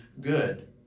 good